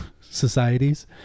societies